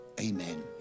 Amen